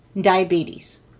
diabetes